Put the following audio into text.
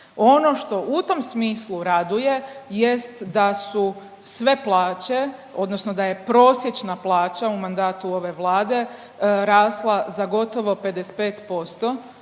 Ono što u tom smislu raduje jest da su sve plaće odnosno da je prosječna plaća u mandatu ove Vlade rasla za gotovo 55%,